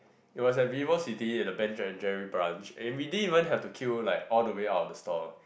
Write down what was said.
it was at Vivo-City at the Ben and Jerry branch and we didn't even have to queue like all the way out of the store